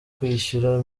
kwishyura